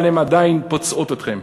אבל הן עדיין פוצעות אתכם.